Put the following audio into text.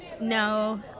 No